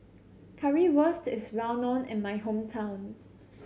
currywurst is well known in my hometown